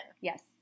Yes